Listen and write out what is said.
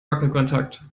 wackelkontakt